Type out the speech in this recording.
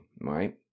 right